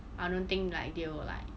I don't think like they will like